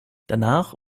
danach